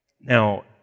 Now